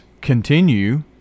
continue